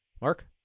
Mark